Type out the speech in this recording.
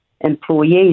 employees